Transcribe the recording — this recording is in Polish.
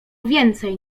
więcej